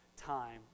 time